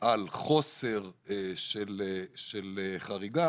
על חוסר של חריגה